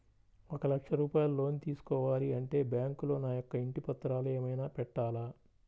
ఒక లక్ష రూపాయలు లోన్ తీసుకోవాలి అంటే బ్యాంకులో నా యొక్క ఇంటి పత్రాలు ఏమైనా పెట్టాలా?